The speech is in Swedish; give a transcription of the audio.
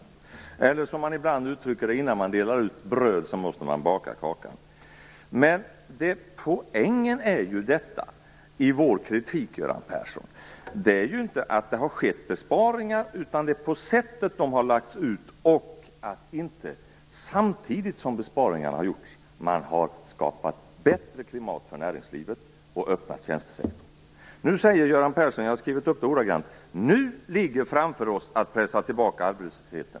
Man uttrycker det ibland också så här: Innan man delar ut bröd måste man baka kakan. Poängen i vår kritik, Göran Persson, gäller inte att det har skett besparingar utan sättet på vilket det har skett och att man inte samtidigt som besparingarna gjordes har skapat ett bättre klimat för näringslivet och öppnat tjänstesektorn. Nu säger Göran Persson ordagrant: Nu ligger framför oss att pressa tillbaka arbetslösheten.